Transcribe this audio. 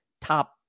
top